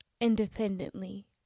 independently